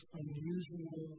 unusual